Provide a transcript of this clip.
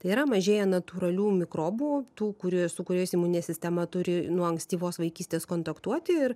tai yra mažėja natūralių mikrobų tų kurie su kuriais imuninė sistema turi nuo ankstyvos vaikystės kontaktuoti ir